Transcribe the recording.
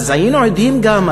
אז היינו עדים גם,